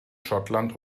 schottland